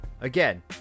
Again